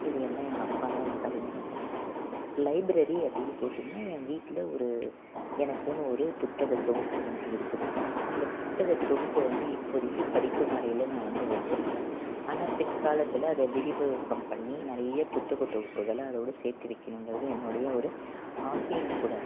இது எல்லாம் எங்கள் அப்பாதான் எனக்கு அறிமுகம் செஞ்சார் லைப்ரரி அப்படின்னு கேட்டிங்கன்னால் என் வீட்டில் ஒரு எனக்குன்னு ஒரு புத்தகத் தொகுப்பு வந்து இருக்குது அந்த புத்தகத் தொகுப்பை வந்து இப்போதைக்கி படிக்கும் அறையில் நான் வந்து வச்சிருக்கேன் ஆனால் பிற்காலத்தில் அதை விரிவாக்கம் பண்ணி நிறைய புத்தகத் தொகுப்புகளை அதோடு சேர்த்து வைக்கணுங்கறது என்னுடைய ஒரு ஆசையும் கூட